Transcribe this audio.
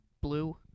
blue